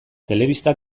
telebista